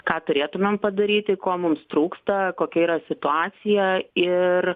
ką turėtumėm padaryti ko mums trūksta kokia yra situacija ir